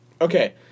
Okay